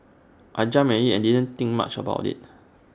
I jumped at IT and didn't think much about IT